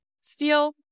steel